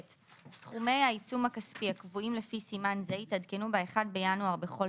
סכומי העיצום הכספי הקבועים לפי סימן זה יתעדכנו ב-1 בינואר בכל